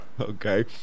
okay